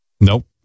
Nope